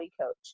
coach